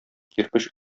кирпеч